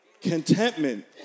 Contentment